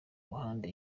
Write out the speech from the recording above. ruhande